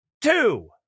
two